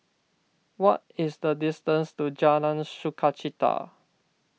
what is the distance to Jalan Sukachita